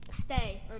stay